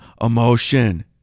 emotion